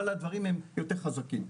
אבל הדברים הם יותר חזקים.